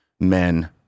men